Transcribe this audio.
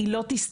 היא לא תסתדר,